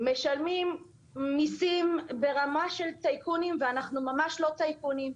משלמים מיסים ברמה של טייקונים ואנחנו ממש לא טייקונים.